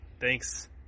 thanks